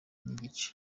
n’igice